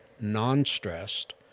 non-stressed